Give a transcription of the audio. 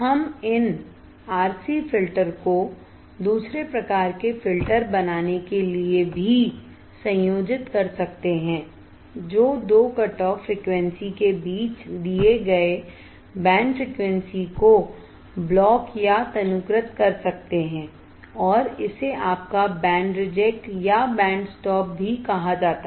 हम इन RC filter को दूसरे प्रकार के फ़िल्टर बनाने के लिए भी संयोजित कर सकते हैं जो दो कटऑफ फ़्रीक्वेंसी के बीच दिए गए बैंड फ़्रीक्वेंसी को ब्लॉक या तनुकृत कर सकते हैं और इसे आपका बैंड रिजेक्ट या बैंड स्टॉप कहा जाता है